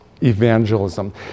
evangelism